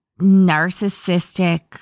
narcissistic